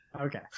Okay